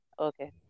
Okay